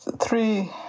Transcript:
three